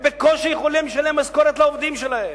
בקושי יכולים לשלם משכורת לעובדים שלהן,